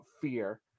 Fear